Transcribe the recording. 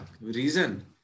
reason